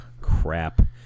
Crap